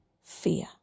fear